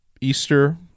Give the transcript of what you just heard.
Easter